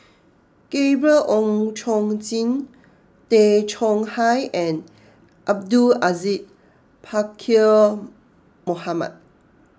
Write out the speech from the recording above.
Gabriel Oon Chong Jin Tay Chong Hai and Abdul Aziz Pakkeer Mohamed